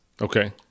Okay